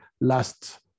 last